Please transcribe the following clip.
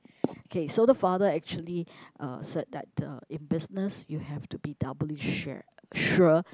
okay so the father actually uh said that the in business you have to be doubly shared sure